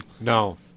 No